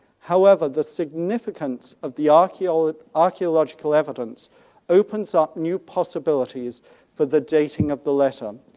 however the significance of the archaeological archaeological evidence opens up new possibilities for the dating of the letter.